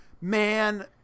man